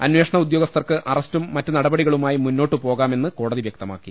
അന്വേ ഷണ ഉദ്യോഗസ്ഥർക്ക് അറസ്റ്റും മറ്റുനടപടികളുമായി മുന്നോട്ട് പോകാമെന്ന് കോടതി വൃക്തമാക്കി